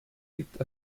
leaped